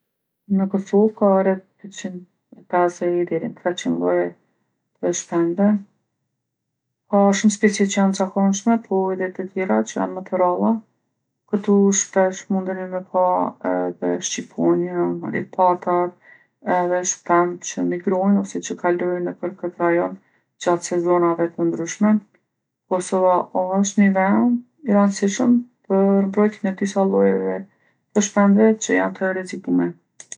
Në Kosovë ka rreth dyqin e pesdhetë deri n'treqin lloje të shpendve. Ka shumë specie që janë t'zakonshme, po edhe te tjerat që janë më të ralla. Këtu shpesh mundeni me pa edhe shqiponja, mandej patat edhe shpend që migrojnë ose që kalojnë nëpër këtë rajon gjatë sezonave të ndryshme. Kosova osht ni ven i randsishëm për mbrojtjen e disa llojeve të shpendve që janë të rrezikume.